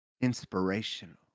inspirational